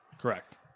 Correct